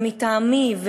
ומטעם מי?